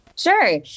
Sure